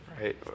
right